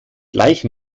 gleich